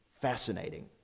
Fascinating